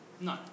No